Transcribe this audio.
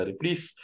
please